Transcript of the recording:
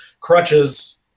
crutches